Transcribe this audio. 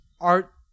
art